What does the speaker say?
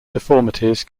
deformities